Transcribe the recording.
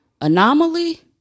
Anomaly